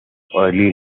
early